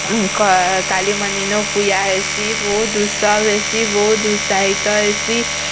କାଲି ମନ୍ଦିର୍ନ ପୂଜା ହେସିଁ ବୋହୁତ୍ ଉତ୍ସବ୍ ହେସିଁ ବୋହୁତ୍ ଉତ୍ସାହିତ ହେସିଁ